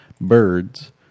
birds